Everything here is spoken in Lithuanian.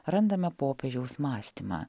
randame popiežiaus mąstymą